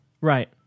Right